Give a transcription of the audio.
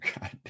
god